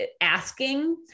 asking